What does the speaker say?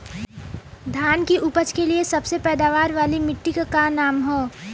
धान की उपज के लिए सबसे पैदावार वाली मिट्टी क का नाम ह?